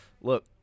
look